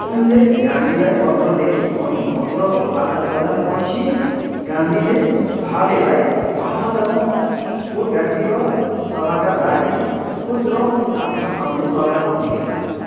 उनले गान्धीलाई पत्र लेखे अनि पत्रको आदानप्रदानपछि गान्धीले भावेलाई अहमदाबादको व्यक्तिगत सभाका लागि कोचरब आश्रम आउने सल्लाह दिए